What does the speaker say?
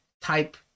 type